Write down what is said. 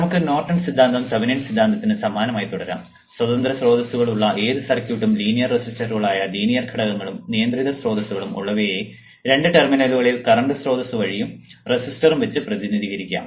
നമുക്ക് നോർട്ടൺ സിദ്ധാന്തം തെവെനിൻ സിദ്ധാന്തത്തിന് സമാനമായി തുടരാം സ്വതന്ത്ര സ്രോതസ്സുകളുള്ള ഏത് സർക്യൂട്ടും ലീനിയർ റെസിസ്റ്ററുകളായ ലീനിയർ ഘടകങ്ങളും നിയന്ത്രിത സ്രോതസ്സുകളും ഉള്ളവയെ രണ്ട് ടെർമിനലുകളിൽ കറൻറ് സ്രോതസ്സു വഴിയും റെസിസ്റ്ററും വെച്ച് പ്രതിനിധീകരിക്കാം